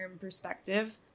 perspective